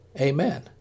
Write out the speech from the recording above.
Amen